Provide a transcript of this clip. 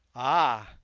ah!